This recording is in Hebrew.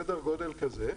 סדר גודל כזה,